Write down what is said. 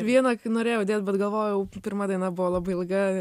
vieną kai norėjau dėt bet galvojau pirma daina buvo labai ilga